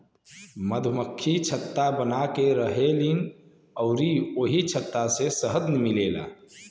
मधुमक्खि छत्ता बनाके रहेलीन अउरी ओही छत्ता से शहद मिलेला